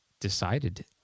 decided